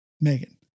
Megan